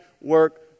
work